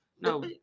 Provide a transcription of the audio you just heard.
No